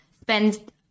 spend